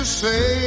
say